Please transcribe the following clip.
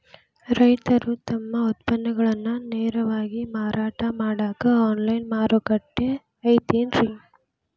ರೈತರು ತಮ್ಮ ಉತ್ಪನ್ನಗಳನ್ನ ನೇರವಾಗಿ ಮಾರಾಟ ಮಾಡಾಕ ಆನ್ಲೈನ್ ಮಾರುಕಟ್ಟೆ ಐತೇನ್ರಿ?